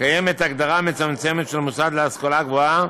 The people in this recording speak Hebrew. קיימת הגדרה מצמצמת של המוסד להשכלה גבוהה,